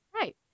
right